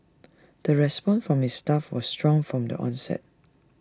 the response from its staff was strong from the onset